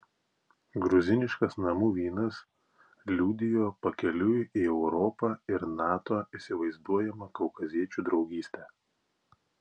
gruziniškas namų vynas liudijo pakeliui į europą ir nato įsivaizduojamą kaukaziečių draugystę